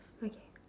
okay